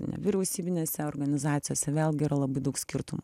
nevyriausybinėse organizacijose vėlgi yra labai daug skirtumų